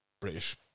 British